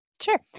Sure